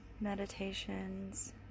meditations